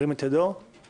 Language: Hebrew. הצבעה אושרה.